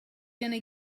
gonna